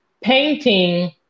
painting